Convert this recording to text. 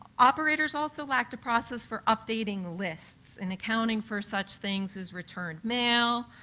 operators also lack process for updating lists and accounting for such things as return mail,